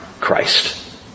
Christ